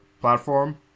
platform